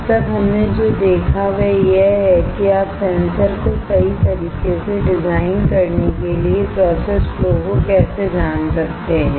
अब तक हमने जो देखा है वह यह है कि आप सेंसर को सही तरीके से डिजाइन करने के लिए प्रोसेस फ्लो को कैसे जान सकते हैं